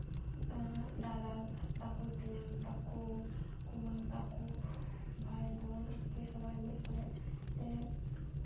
ᱫᱟᱫᱟ ᱛᱟᱠᱚ ᱛᱮᱧᱟᱝ ᱛᱟᱠᱚ ᱠᱩᱢᱟᱹᱝ ᱛᱟᱠᱚ ᱵᱷᱟᱭ ᱵᱳᱱ ᱟᱨᱠᱤ ᱥᱚᱵᱟᱭ ᱢᱤᱫ ᱥᱚᱝᱜᱮ ᱛᱮ